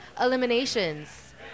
eliminations